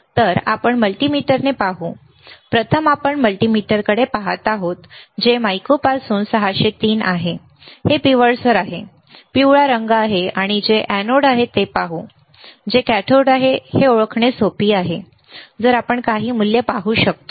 तर आपण मल्टीमीटरने पाहू प्रथम आपण मल्टीमीटरकडे पहात आहोत जे माइको पासून 603 आहे हे पिवळसर आहे पिवळा रंग आहे आणि जे एनोड आहे ते पाहू जे कॅथोड आहे हे ओळखणे सोपे आहे जर आपण काही मूल्य पाहू शकतो